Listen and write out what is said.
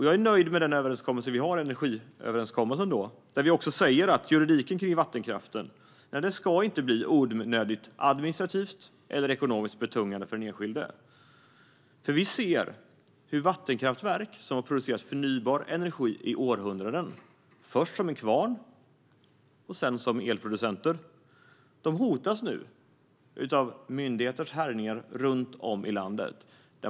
Jag är nöjd med den energiöverenskommelse vi har, där vi säger att juridiken kring vattenkraften inte ska bli onödigt administrativt eller ekonomiskt betungande för den enskilde. Vi ser nämligen hur vattenkraftverk som har producerat förnybar energi i århundraden - först som kvarnar och sedan som elproducenter - nu hotas av myndigheters härjningar runt om i landet.